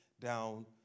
down